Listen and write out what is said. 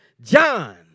John